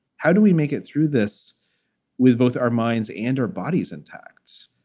how do we make it through this with both our minds and our bodies intact?